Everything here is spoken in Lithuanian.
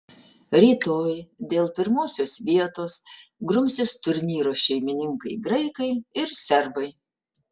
rytoj dėl pirmosios vietos grumsis turnyro šeimininkai graikai ir serbai